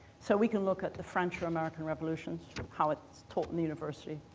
so we can look at the french or american revolutions, how its taught in the university,